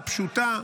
אין לזה שום הצדקה.